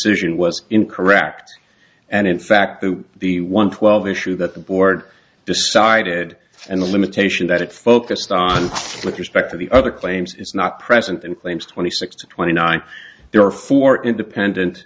decision was incorrect and in fact that the one twelve issue that the board decided and the limitation that it focused on with respect to the other claims is not present in claims twenty six to twenty nine there are four independent